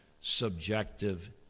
subjective